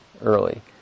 early